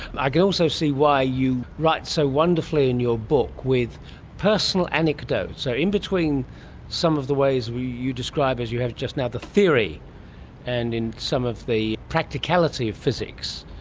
i can also see why you write so wonderfully in your book with personal anecdotes. so in between some of the ways you describe, as you have just now, the theory and in some of the practicality of physics,